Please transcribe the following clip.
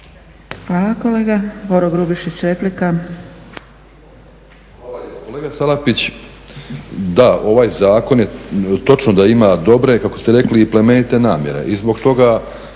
Hvala kolega. Boro Grubišić, replika.